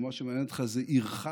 ומה שמעניין אותך זה עירך,